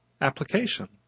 application